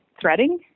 threading